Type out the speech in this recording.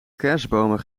kerstbomen